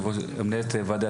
מנהלת הוועדה,